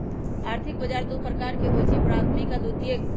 आर्थिक बजार दू प्रकार के होइ छइ प्राथमिक आऽ द्वितीयक